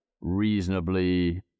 reasonably